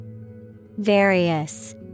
Various